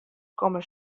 komme